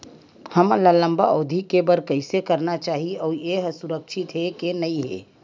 हमन ला लंबा अवधि के बर कइसे करना चाही अउ ये हा सुरक्षित हे के नई हे?